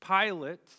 Pilate